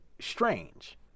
Strange